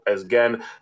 again